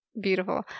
beautiful